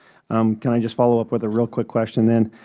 can i just follow up with a real quick question, then?